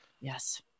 Yes